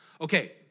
Okay